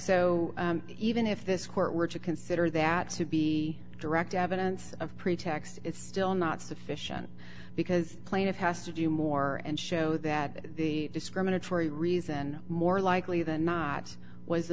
so even if this court were to consider that to be direct evidence of pretext it's still not sufficient because plaintiff has to do more and show that the discriminatory reason more likely than not was the